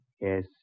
Yes